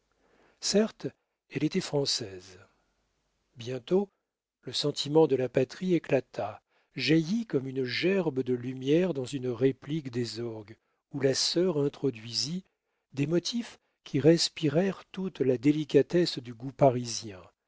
certes elle était française bientôt le sentiment de la patrie éclata jaillit comme une gerbe de lumière dans une réplique des orgues où la sœur introduisit des motifs qui respirèrent toute la délicatesse du goût